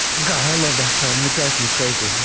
god i love that film it drives me crazy.